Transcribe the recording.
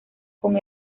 con